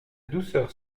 douceur